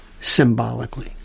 symbolically